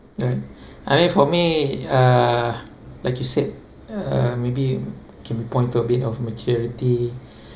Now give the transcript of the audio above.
ya I mean for me uh like you said uh maybe can point to a bit of maturity